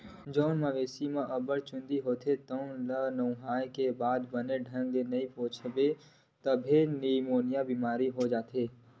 जउन मवेशी म अब्बड़ के चूंदी होथे तउन ल नहुवाए के बाद बने ढंग ले नइ पोछबे तभो निमोनिया बेमारी हो जाथे